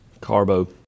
Carbo